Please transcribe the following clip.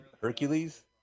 Hercules